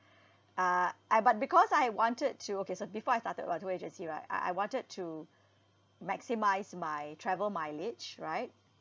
uh I but because I wanted to okay so before I started with tour agency right I I wanted to maximise my travel mileage right